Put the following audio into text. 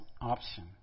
option